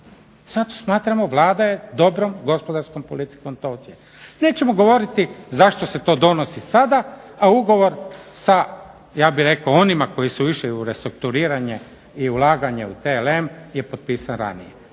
Zato smatramo Vlada je dobrom gospodarskom politikom to ocijenila. Nećemo govoriti zašto se to donosi sada, a ugovor s onima koji su išli u restrukturiranje i ulaganje u TLm je potpisan ranije,